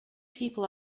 people